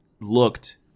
looked